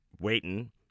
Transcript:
waiting